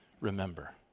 remember